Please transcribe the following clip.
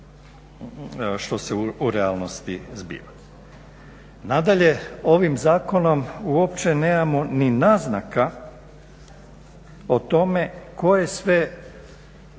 što se u realnosti zbiva. Nadalje, ovim zakonom uopće nemamo ni naznaka o tome koje sve